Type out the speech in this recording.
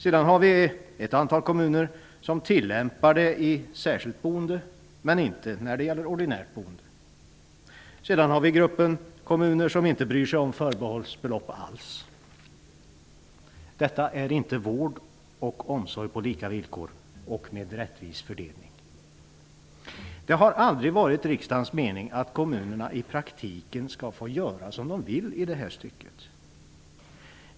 Sedan finns det ett antal kommuner som tillämpar lagen i fråga om särskilt boende men inte när det gäller ordinärt boende. En annan grupp av kommuner bryr sig inte alls om förbehållsbelopp. Detta är inte vård och omsorg på lika villkor och med rättvis fördelning. Det har aldrig varit riksdagens mening att kommunerna i praktiken skall få göra som de vill i det här stycket.